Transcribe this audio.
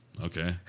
Okay